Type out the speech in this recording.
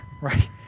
right